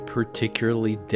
particularly